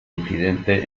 incidente